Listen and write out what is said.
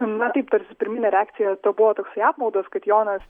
na taip tarsi pirminė reakcija to buvo toksai apmaudas kad jonas